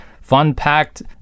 fun-packed